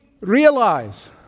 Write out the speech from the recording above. realize